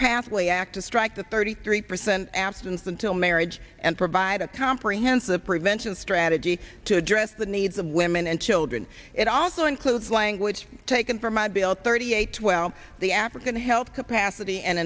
pathway act to strike the thirty three percent abstinence until marriage and provide a comprehensive mention strategy to address the needs of women and children it also includes language taken from a bill thirty eight twelve the african health capacity and